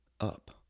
up